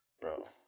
Bro